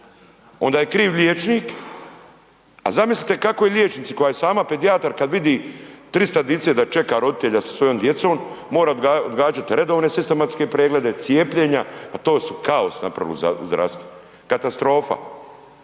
onda je kriv liječnik, a zamislite kako je liječnici koja je sama pedijatar kad vidi 300 dice da čeka roditelja sa svojom djecom, mora odgađat redovne sistematske preglede, cijepljenja, pa to su kaos napravili u zdravstvu, katastrofa,